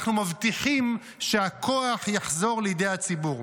אנחנו מבטיחים שהכוח יחזור לידי הציבור.